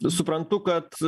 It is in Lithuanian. suprantu kad